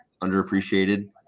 underappreciated